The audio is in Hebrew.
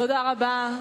תודה רבה.